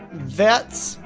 vets.